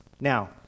Now